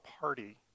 party